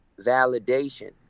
validation